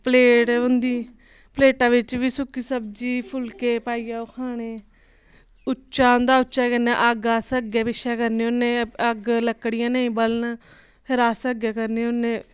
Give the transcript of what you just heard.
plate होंदी प्लेटा बिच्च बी सुक्की सब्जी फुलके पाइयै ओह् खाने उच्चा होंदा उच्चे कन्नै अग्ग अस अग्गें पिच्छे करने होन्ने अग्ग लकड़ियां नेईं बलन फिर अस अग्गें करने होन्ने